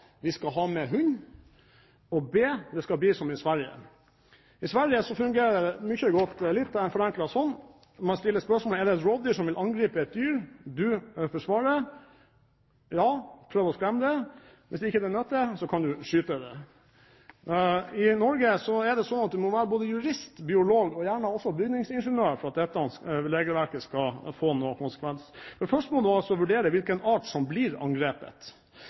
vi skal ha med hund, og b) at det skal bli som i Sverige. I Sverige fungerer dette litt forenklet slik: Man stiller spørsmålet: Er det et rovdyr som vil angripe et dyr, og vil du forsvare det? Prøv å skremme det! Hvis ikke det nytter, kan du skyte det. I Norge er det slik at du må være både jurist, biolog og gjerne også bygningsingeniør for at regelverket skal få noen konsekvens. Først må du vurdere hvilken art som blir angrepet.